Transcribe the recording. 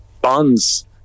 bonds